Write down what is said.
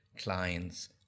clients